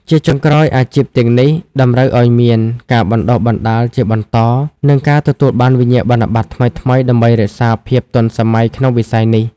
ជាចុងក្រោយ អាជីពទាំងនេះតម្រូវឱ្យមាន ការបណ្តុះបណ្តាលជាបន្ត និងការទទួលបានវិញ្ញាបនបត្រថ្មីៗដើម្បីរក្សាភាពទាន់សម័យក្នុងវិស័យនេះ។